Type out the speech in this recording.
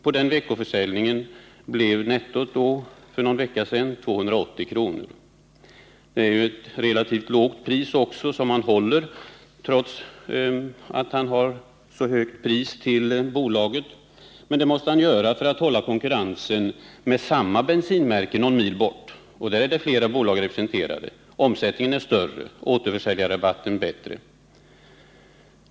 På den veckoförsäljningen blev nettot för någon vecka sedan 280 kr. Han håller ju ett relativt lågt pris trots att bolaget har ett så högt pris. Men det måste han göra för att klara konkurrensen med den försäljning av samma bensinmärke som bedrivs någon mil längre bort. Där är flera bolag representerade. Omsättningen är större, och återförsäljarrabatten är bättre.